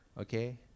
Okay